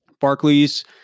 Barclays